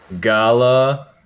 Gala